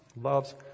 Loves